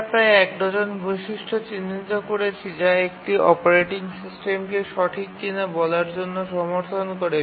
আমরা প্রায় এক ডজন বৈশিষ্ট্য চিহ্নিত করেছি যা একটি অপারেটিং সিস্টেমকে সঠিক কিনা বলার জন্য সমর্থন করে